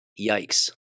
Yikes